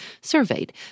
surveyed